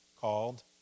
called